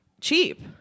cheap